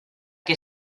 que